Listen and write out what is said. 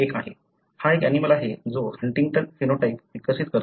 हा एक ऍनिमलं आहे जो हंटिंग्टन फिनोटाइप विकसित करतो